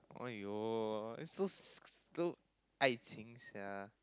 !aiyo! it's so so 爱情 sia